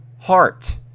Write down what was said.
heart